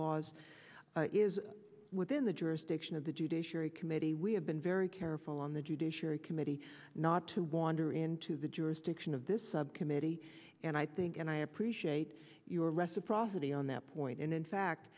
laws is within the jurisdiction of the judiciary committee we have been very careful on the judiciary committee not to wander into the jurisdiction of this subcommittee and i think and i appreciate your reciprocity on that point and in